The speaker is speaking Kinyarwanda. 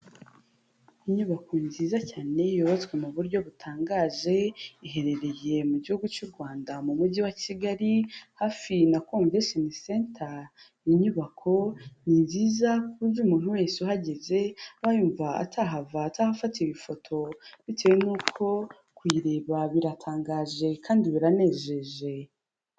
Inyubako nziza cyane yubatswe mu buryo butangaje iherereye mu gihugu cy'u Rwanda mu mujyi wa Kgali hafi na komveshini senta, inyubako ni nziza ku buryo umuntu wese uhageze abayumva atahava atafatira ifoto bitewe n'uko kuyireba biratangaje kandi biranejeje.